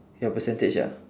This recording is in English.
your percentage ah